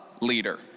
leader